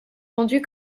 vendus